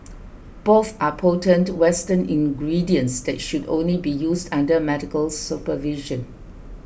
both are potent western ingredients that should only be used under medical supervision